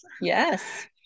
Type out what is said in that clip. yes